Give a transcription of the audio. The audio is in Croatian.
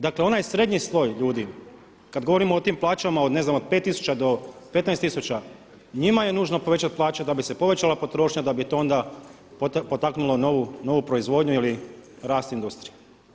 Dakle, onaj srednji sloj ljudi kad govorimo o tim plaćama od ne znam od 5000 do 15000 njima je nužno povećati plaće da bi se povećala potrošnja, da bi to onda potaknulo novu proizvodnju ili rast industrije.